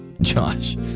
Josh